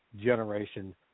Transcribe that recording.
generation